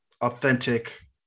authentic